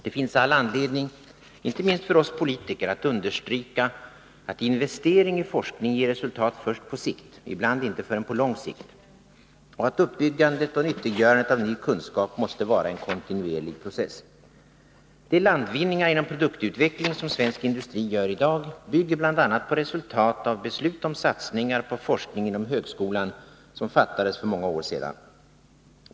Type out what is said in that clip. Det finns all anledning, inte minst för oss politiker, att understryka att investering i forskning ger resultat först på sikt, ibland inte förrän på lång sikt, och att uppbyggandet och nyttiggörandet av ny kunskap måste vara en kontinuerlig process. De landvinningar inom produktutveckling som svensk industri gör i dag bygger bl.a. på resultat av beslut om satsningar på forskning inom högskolan som fattades för många år sedan.